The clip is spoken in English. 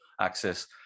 access